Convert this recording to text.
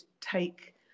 take